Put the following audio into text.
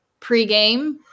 pregame